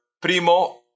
primo